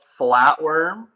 flatworm